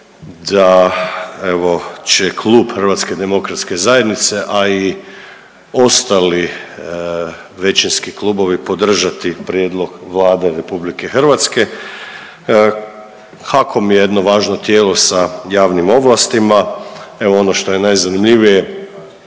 evo će klub HDZ-a, a i ostali većinski klubovi podržati prijedlog Vlade RH. HAKOM je jedno važno tijelo sa javnim ovlastima, evo ono što je najzanimljivije